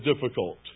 difficult